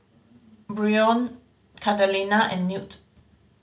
Brion Catalina and Newt